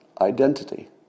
Identity